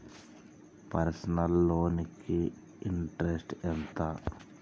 Personal loan కి interest ఎంత?